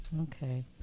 okay